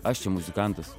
aš čia muzikantas